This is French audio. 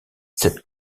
cette